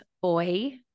boy